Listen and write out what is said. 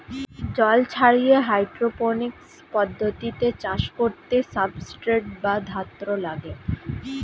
জল ছাড়িয়ে হাইড্রোপনিক্স পদ্ধতিতে চাষ করতে সাবস্ট্রেট বা ধাত্র লাগে